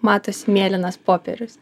matosi mėlynas popierius